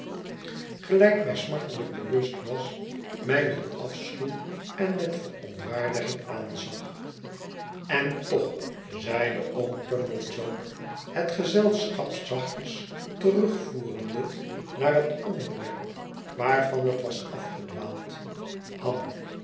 gelijk mij smartelijk bewust was mij met afschuw en met verontwaardiging aanzag en toch zeide oom pamblechook het gezelschap zachtjes terugvoerende naar het onderwerp waarvan het was afgedwaald ham